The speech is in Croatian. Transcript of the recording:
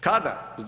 Kada?